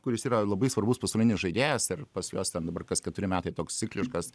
kuris yra labai svarbus pasaulinis žaidėjas ir pas juos ten dabar kas keturi metai toks cikliškas